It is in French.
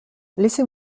laissez